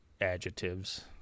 adjectives